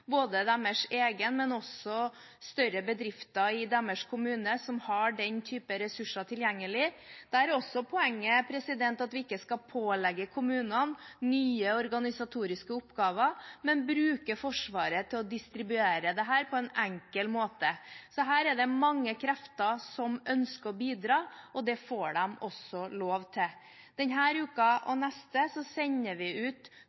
både deres egen og den hos større bedrifter i kommunen som har den typen ressurser tilgjengelig. Der er også poenget at vi ikke skal pålegge kommunene nye organisatoriske oppgaver, men bruke Forsvaret til å distribuere dette på en enkel måte. Her er det mange krefter som ønsker å bidra, og det får de også lov til. Denne uken og neste sender vi ut